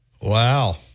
Wow